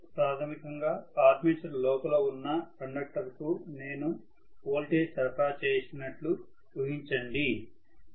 ప్రాథమికంగా ఆర్మేచర్ లోపల ఉన్న కండక్టర్ కు నేను వోల్టేజ్ సరఫరా చేసినట్లు ఊహించండి సరేనా